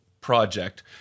project